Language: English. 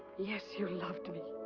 yes, you loved me!